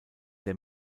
der